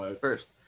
first